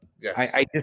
Yes